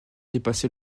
dépassé